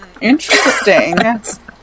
Interesting